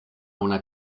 una